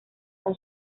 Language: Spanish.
son